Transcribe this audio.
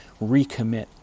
recommit